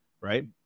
right